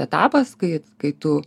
etapas kai kai tu